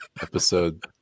episode